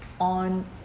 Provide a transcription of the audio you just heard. on